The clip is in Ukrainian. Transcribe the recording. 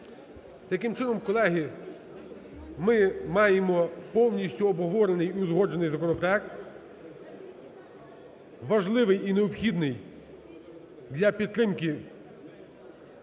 Таким чином, колеги, ми маємо повністю обговорений і узгоджений законопроект, важливий і необхідний для підтримки